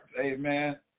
Amen